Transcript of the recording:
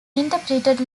interpreted